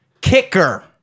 kicker